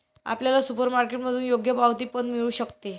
आपल्याला सुपरमार्केटमधून योग्य पावती पण मिळू शकते